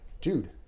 dude